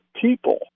people